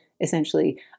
essentially